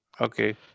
okay